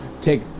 take